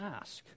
ask